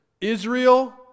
Israel